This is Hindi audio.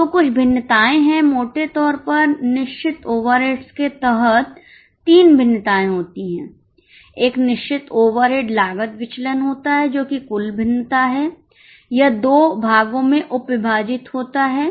तो कुछ भिन्नताएं हैं मोटे तौर पर निश्चित ओवरहेड्स के तहत 3 भिन्नताए होती हैं एक निश्चित ओवरहेड लागत विचलन होता है जो कि कुल भिन्नता है यह 2 भागों में उप विभाजित होता है